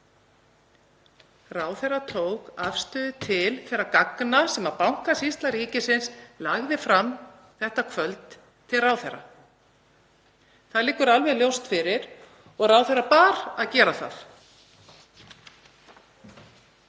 Ráðherra tók afstöðu til þeirra gagna sem Bankasýsla ríkisins lagði fram þetta kvöld til ráðherra. Það liggur alveg ljóst fyrir og ráðherra bar að gera það.